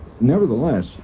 nevertheless